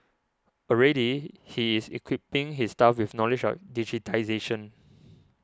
already he is equipping his staff with knowledge of digitisation